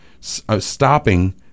Stopping